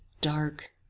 dark